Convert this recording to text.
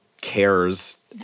cares